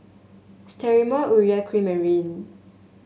Sterimar Urea Cream Marry